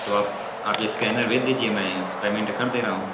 تو آپ آپ اسکینر بھیج دیجیے میں پیمنٹ کر دے رہا ہوں